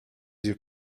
your